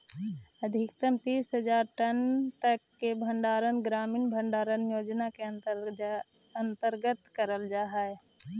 अधिकतम तीस हज़ार टन तक के भंडारण ग्रामीण भंडारण योजना के अंतर्गत करल जा हई